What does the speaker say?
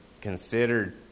considered